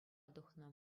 тухнӑ